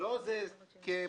אנחנו לא מתייחסים לזה כמהות,